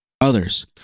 others